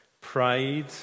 pride